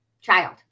child